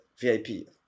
VIP